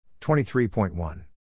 23.1